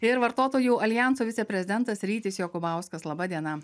ir vartotojų aljanso viceprezidentas rytis jokubauskas laba diena